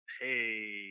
Hey